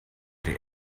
der